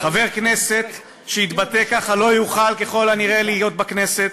חבר כנסת שיתבטא ככה לא יוכל ככל הנראה להיות בכנסת.